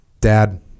Dad